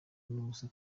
n’ubusa